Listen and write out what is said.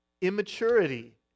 immaturity